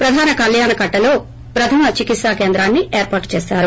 ప్రధాన కల్యాణ కట్టలో ప్రథమ చికిత్స కేంద్రాన్సి ఏర్పాటుచేశారు